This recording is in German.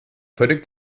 völlig